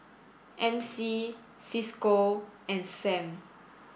M C Cisco and Sam